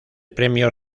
premio